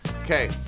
Okay